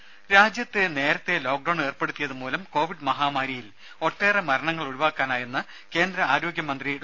ദരദ രാജ്യത്ത് നേരത്തെ ലോക്ക്ഡൌൺ ഏർപ്പെടുത്തിയത് മൂലം കോവിഡ് മഹാമാരിയിൽ ഒട്ടേറെ മരണങ്ങൾ ഒഴിവാക്കാനായെന്ന് കേന്ദ്ര ആരോഗ്യമന്ത്രി ഡോ